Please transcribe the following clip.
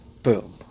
Boom